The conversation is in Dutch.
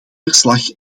verslag